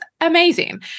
amazing